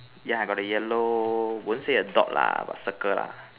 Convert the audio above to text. yeah I got the yellow won't say a dot lah but circle ah